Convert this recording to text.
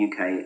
UK